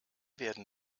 werden